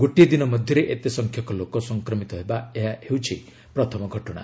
ଗୋଟିଏ ଦିନ ମଧ୍ୟରେ ଏତେ ସଂଖ୍ୟକ ଲୋକ ସଂକ୍ରମିତ ହେବା ଏହା ହେଉଛି ପ୍ରଥମ ଘଟଣା